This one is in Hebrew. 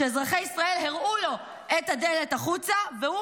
שאזרחי ישראל הראו לו את הדלת החוצה והוא